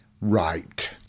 Right